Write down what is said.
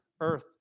Earth